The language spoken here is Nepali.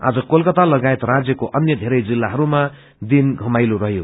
आज कोलकाता लगायत राज्यको अन्य धेरै जिल्लाहरूमा दिन घमाँइँलो रहयो